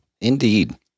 Indeed